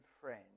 friend